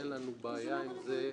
אין לנו בעיה עם זה,